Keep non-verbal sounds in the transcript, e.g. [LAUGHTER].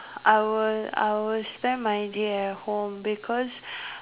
I will I will spend my day at home because [BREATH]